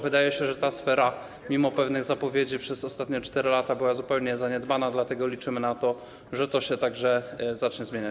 Wydaje się, że ta sfera mimo pewnych zapowiedzi przez ostatnie 4 lata była zupełnie zaniedbana, dlatego liczymy na to, że to także zacznie się zmieniać.